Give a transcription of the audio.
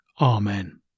Amen